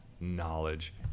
knowledge